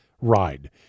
ride